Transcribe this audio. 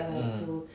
mm